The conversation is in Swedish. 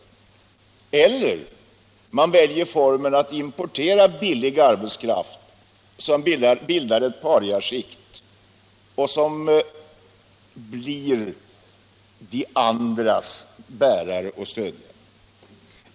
Man kan också välja formen att importera billig arbetskraft som bildar ett pariaskikt och som blir de andras bärare och stödjare.